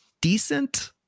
decent